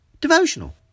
Devotional